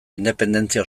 independentzia